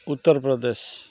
Uttar Pradesh